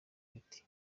riti